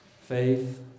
Faith